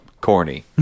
corny